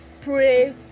Pray